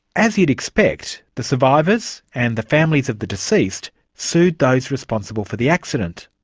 as you'd expect, the survivors and the families of the deceased sued those responsible for the accident,